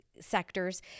Sectors